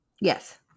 yes